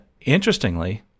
interestingly